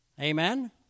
amen